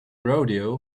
rodeo